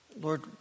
Lord